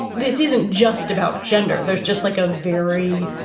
this isn't just about gender. there's just like a very